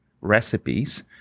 recipes